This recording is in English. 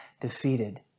defeated